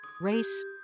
race